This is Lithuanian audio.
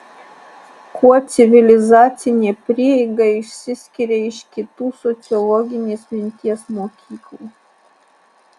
kuo civilizacinė prieiga išsiskiria iš kitų sociologinės minties mokyklų